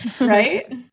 Right